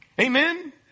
Amen